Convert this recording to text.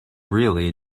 really